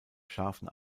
scharfen